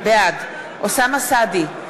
בעד אוסאמה סעדי,